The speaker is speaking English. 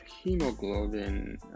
Hemoglobin